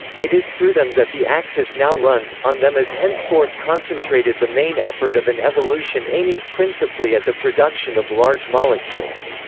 it is through them that the axis now runs, on them is henceforth concentrated the main effort of an evolution aiming principally at the production of large molecules.